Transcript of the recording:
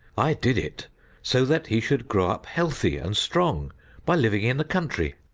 i did it so that he should grow up healthy and strong by living in the country.